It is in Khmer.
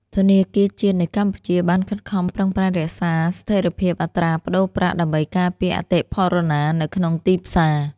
ធនាគារជាតិនៃកម្ពុជាបានខិតខំប្រឹងប្រែងរក្សាស្ថិរភាពអត្រាប្តូរប្រាក់ ដើម្បីការពារអតិផរណានៅក្នុងទីផ្សារ។